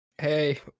Hey